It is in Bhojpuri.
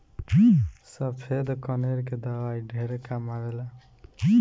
सफ़ेद कनेर के दवाई ढेरे काम आवेल